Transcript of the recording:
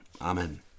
Amen